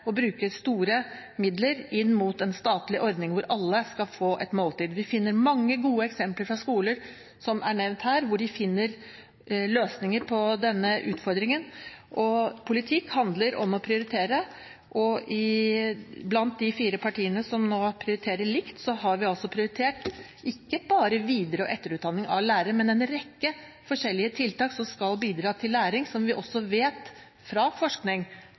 bruke store midler inn mot en statlig ordning hvor alle skal få et måltid. Vi finner mange gode eksempler fra skoler, som er nevnt her, som finner løsninger på denne utfordringen. Politikk handler om å prioritere, og blant de fire partiene som nå prioriterer likt, har vi altså prioritert ikke bare videre- og etterutdanning av lærere, men en rekke forskjellige tiltak som skal bidra til læring, som vi også vet – fra forskning